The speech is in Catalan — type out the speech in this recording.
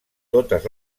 totes